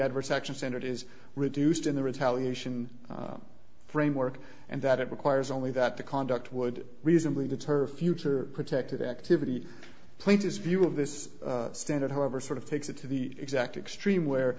adverse action senate is reduced in the retaliation framework and that it requires only that the conduct would reasonably deter future protected activity please his view of this standard however sort of takes it to the exact extreme where